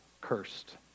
cursed